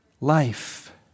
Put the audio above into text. life